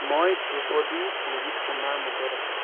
মই ধ্ৰুপদী সংগীত শুনাৰ মুডত আছো